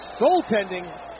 Goaltending